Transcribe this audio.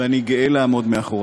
ואני גאה לעמוד מאחוריו.